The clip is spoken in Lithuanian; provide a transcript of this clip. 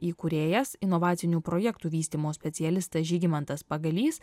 įkūrėjas inovacinių projektų vystymo specialistas žygimantas pagalys